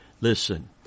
Listen